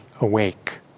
awake